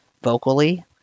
vocally